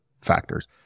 factors